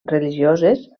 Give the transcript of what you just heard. religioses